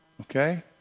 Okay